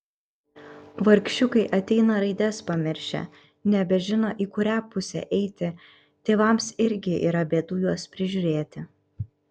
vargšiukai ateina raides pamiršę nebežino į kurią pusę eiti tėvams irgi yra bėdų juos prižiūrėti